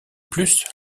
plus